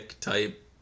type